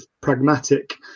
pragmatic